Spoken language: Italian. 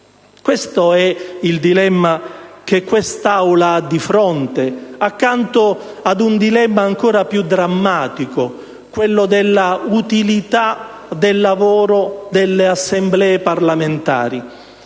Questo è il dilemma che quest'Aula ha di fronte, accanto ad un dilemma ancora più drammatico, quello dell'utilità del lavoro delle Assemblee parlamentari.